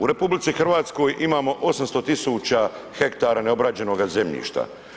U RH imamo 800 000 hektara neobrađenoga zemljišta.